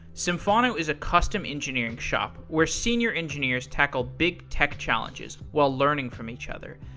symphono is a custom engineering shop where senior engineers tackle big tech challenges while learning from each other.